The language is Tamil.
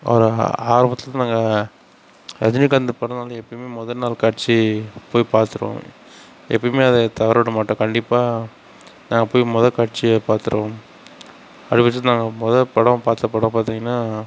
அவர் ஆரம்பத்தில் நாங்கள் ரஜினிகாந்த் படம் வந்து எப்போயுமே முதல் நாள் காட்சி போய் பார்த்துடுவோம் எப்போயுமே அதை தவறவிட மாட்டோம் கண்டிப்பாக நாங்கள் போய் முதல் காட்சியை பார்த்துடுவோம் அது மட்டும் இல்லாமல் நாங்கள் முதல் படம் பார்த்த படம் பார்த்திங்கனா